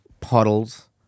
puddles